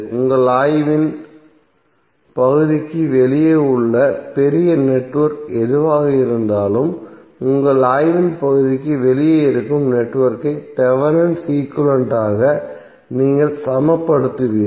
உங்கள் ஆய்வின் பகுதிக்கு வெளியே உள்ள பெரிய நெட்வொர்க் எதுவாக இருந்தாலும் உங்கள் ஆய்வின் பகுதிக்கு வெளியே இருக்கும் நெட்வொர்க்கை தேவெனின் ஈக்வலன்ட் ஆக நீங்கள் சமப்படுத்துவீர்கள்